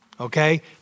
okay